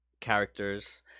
characters